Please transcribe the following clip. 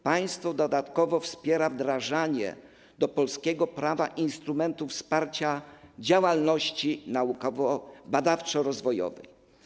Państwo dodatkowo wspiera wdrażanie do polskiego prawa instrumentu wsparcia działalności naukowej i badawczo-rozwojowej.